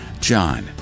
John